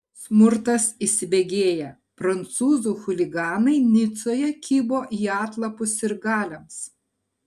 smurtas įsibėgėja prancūzų chuliganai nicoje kibo į atlapus sirgaliams